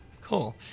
Cool